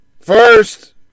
First